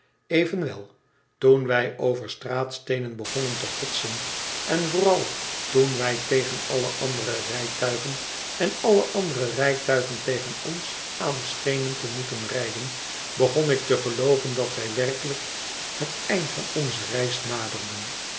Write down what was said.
evenwel toen wij over straatsteenen begonnen te hotsen en vooral toen wij tegen alle andere rijtuigen en alle andere rijtuigen tegen ons aan schenen te moeten rijden begon ik te gelooven dat wij werkelijk het eind van onze reis naderden